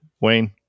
Wayne